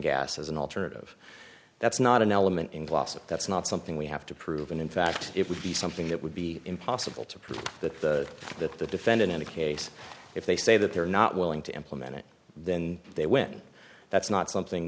gas as an alternative that's not an element in the lawsuit that's not something we have to prove and in fact it would be something that would be impossible to prove that the that the defendant in a case if they say that they're not willing to implement it then they win that's not something